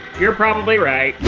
you're probably right.